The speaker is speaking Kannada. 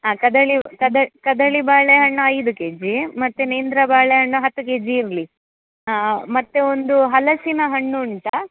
ಹಾಂ ಕದಳಿ ಕದಳಿ ಕದಳಿ ಬಾಳೆಹಣ್ಣು ಐದು ಕೆ ಜಿ ಮತ್ತೆ ನೇಂದ್ರ ಬಾಳೆಹಣ್ಣು ಹತ್ತು ಕೆ ಜಿ ಇರಲಿ ಮತ್ತೆ ಒಂದು ಹಲಸಿನ ಹಣ್ಣು ಉಂಟಾ